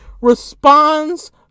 responds